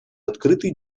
открытый